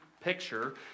picture